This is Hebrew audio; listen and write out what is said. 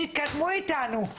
תתקדמו איתנו.